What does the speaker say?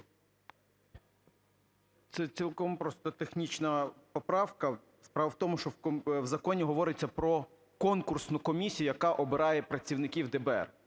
Це цілком просто технічна поправка. Справа в тому, що в законі говориться про конкурсну комісію, яка обирає працівників ДБР.